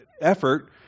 effort